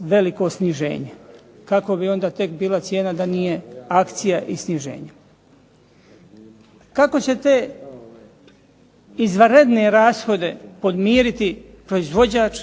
"Veliko sniženje". Kako bi onda tek bila cijena da nije akcije i sniženja. Kako će te izvanredne rashode podmiriti proizvođač